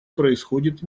происходит